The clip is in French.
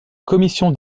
commission